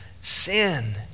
Sin